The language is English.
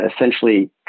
essentially